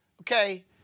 okay